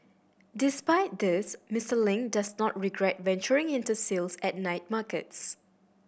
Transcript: despite this Mister Ling does not regret venturing into sales at night markets